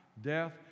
death